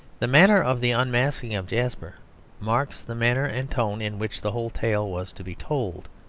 the manner of the unmasking of jasper marks the manner and tone in which the whole tale was to be told.